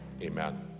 Amen